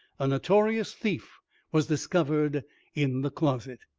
a notorious thief was discovered in the closet.